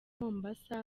mombasa